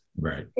Right